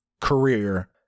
career